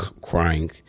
crying